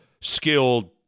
skilled